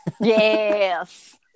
Yes